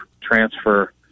transfer